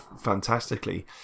fantastically